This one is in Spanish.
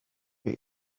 fue